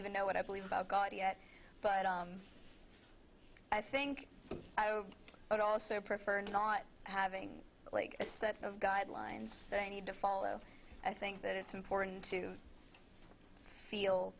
even know what i believe about god yet but i think i would also prefer not having like a set of guidelines that i need to follow i think that it's important to feel